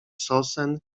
sosen